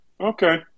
okay